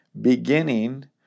Beginning